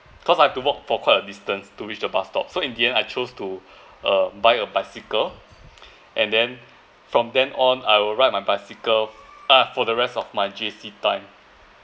cause I have to walk for quite a distance to reach the bus stop so in the end I chose to uh buy a bicycle and then from then on I will ride my bicycle ah for the rest of my J_C time